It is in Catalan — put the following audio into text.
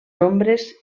ombres